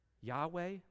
Yahweh